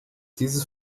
dieses